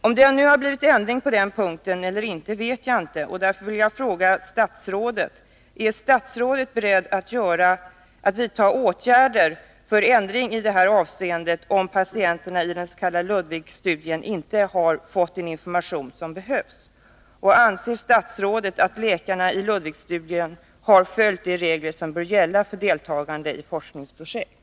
Om det nu har blivit någon ändring eller inte på den punkten vet jag inte, och därför vill jag fråga statsrådet: Är statsrådet beredd att vidta åtgärder för att få till stånd en ändring i det här avseendet, om patienterna i den s.k. Ludwigstudien inte har fått den information som behövts? Anser statsrådet att läkarna i Ludwigstudien har följt de regler som bör gälla för deltagande i forskningsprojekt?